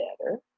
better